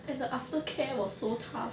and the aftercare was so tough